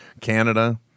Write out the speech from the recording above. Canada